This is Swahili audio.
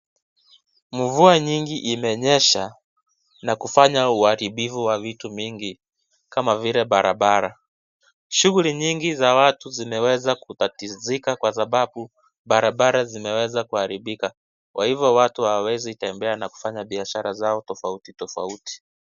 Mvua nyingi imenyesha na kufanya uharibifu wa vitu mingi kama vile barabara. Shughuli nyingi za watu zimeweza kutatizika kwa sababu barabara zimeweza kuharibika kwa hivyo watu hawawezi tembea na kufanya biashara zao tofauti tofauti.